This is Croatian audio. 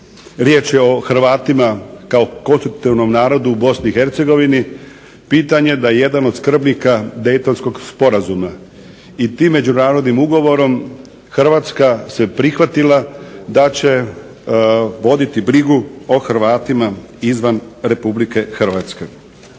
riječ je o Hrvatima kao konstruktivnom narodu u Bosni i Hercegovini. Pitanje da jedan od skrbnika Daytonskog sporazuma i tim međunarodnim ugovorom Hrvatska se prihvatila da će voditi brigu o Hrvatima izvan Republike Hrvatske.